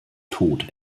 tot